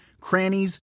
crannies